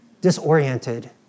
disoriented